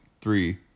three